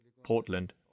Portland